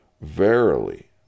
Verily